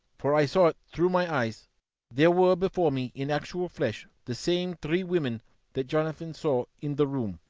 for i saw it through my eyes there were before me in actual flesh the same three women that jonathan saw in the room,